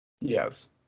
Yes